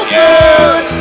good